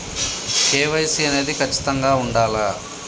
KYC అనేది ఖచ్చితంగా ఉండాలా?